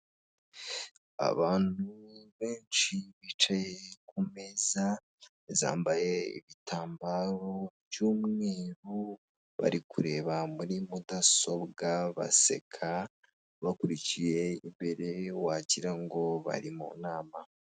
Abantu benshi bicaye ku meza zambaye ibitambaro by'umweru, bari kureba muri mudasobwa baseka, bakurikiye imbere wagira ngo bari mu nama.